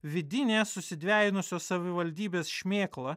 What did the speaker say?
vidinė susidvejinusios savivaldybės šmėkla